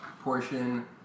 portion